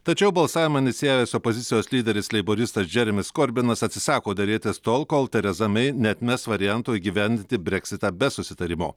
tačiau balsavimą inicijavęs opozicijos lyderis leiboristas džeremis korbinas atsisako derėtis tol kol tereza mei neatmes varianto įgyvendinti breksitą be susitarimo